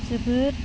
जोबोद